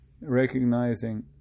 recognizing